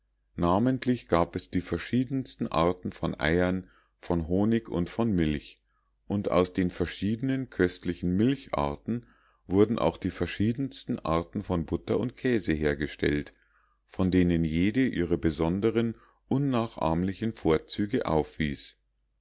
namentlich gab es die verschiedensten arten von eiern von honig und von milch und aus den verschiedenen köstlichen milcharten wurden auch die verschiedensten arten von butter und käsen hergestellt von denen jede ihre besonderen unnachahmlichen vorzüge aufwies